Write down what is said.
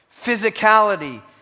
physicality